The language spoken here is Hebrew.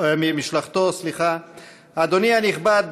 אדוני הנכבד,